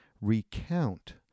Recount